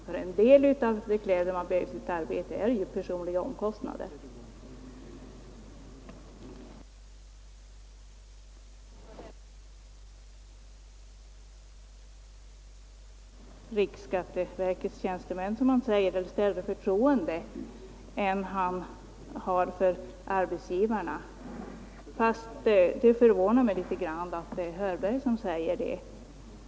Jag kan förstå att herr Hörberg har större förtroende för riksskatteverkets tjänstemän, som han säger, än han har för arbetsgivarna, fast det förvånar mig litet grand att det är herr Hörberg som säger det.